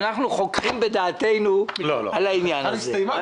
שאנחנו חוככים בדעתנו על העניין הזה.